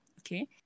Okay